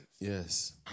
Yes